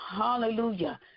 hallelujah